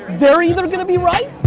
they're either gonna be right,